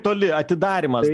toli atidarymas